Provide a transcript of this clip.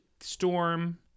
Storm